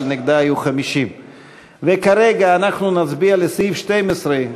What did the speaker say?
אבל נגדה היו 50. כרגע אנחנו נצביע על סעיף 12,